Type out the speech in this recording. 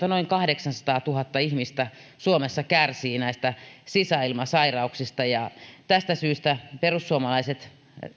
arviolta noin kahdeksansataatuhatta ihmistä suomessa kärsii näistä sisäilmasairauksista tästä syystä perussuomalaiset